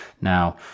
now